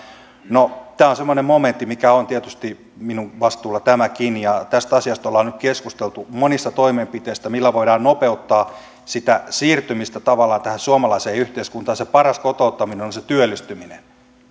no tämä on semmoinen momentti mikä on tietysti minun vastuullani tämäkin ja tästä asiasta ollaan nyt keskusteltu monista toimenpiteistä millä voidaan nopeuttaa sitä siirtymistä tähän suomalaiseen yhteiskuntaan se paras kotouttaminen on se työllistyminen